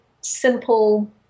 simple